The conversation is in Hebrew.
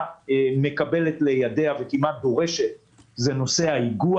מקבלת לידיה וכמעט דורשת הוא נושא האיגוח.